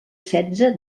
setze